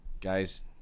guys